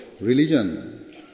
religion